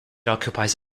occupies